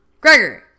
Gregory